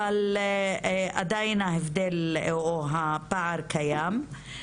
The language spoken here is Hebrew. אבל עדיין הפער קיים.